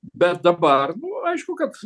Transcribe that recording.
bet dabar nu aišku kad